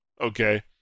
okay